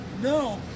No